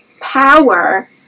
power